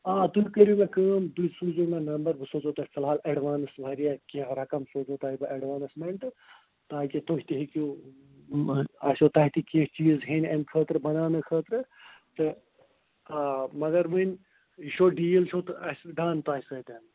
آ تُہۍ کٔرِو مےٚ کٲم تُہۍ سوٗزِو مےٚ نمبر بہٕ سوزہو تۄہہِ فِلحال ایڈوانس واریاہ کیٚنٛہہ رقم سوزو تۄہہِ بہٕ ایٚڈوانسمٮ۪نٛٹ تاکہِ تُہۍ تہِ ہیٚکِو مان آسٮ۪و تۄہہِ تہِ کیٚنٛہہ چیٖز ہیٚنۍ اَمہِ خٲطرٕ بناونہٕ خٲطرٕ تہٕ آ مگر وُنۍ یہِ چھُو ڈیٖل چھُو اَسہِ ڈَن تۄہہِ سۭتٮ۪ن